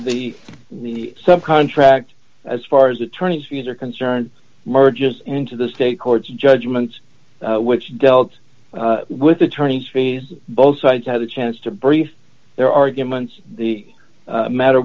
the the some contract as far as attorneys fees are concerned merges into the state court judgment which dealt with attorneys fees both sides had a chance to brief their arguments the matter